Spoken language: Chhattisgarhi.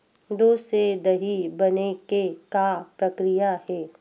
दूध से दही बने के का प्रक्रिया हे?